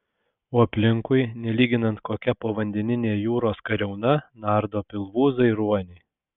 o aplinkui nelyginant kokia povandeninė jūros kariauna nardo pilvūzai ruoniai